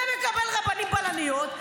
זה מקבל רבנים-בלניות,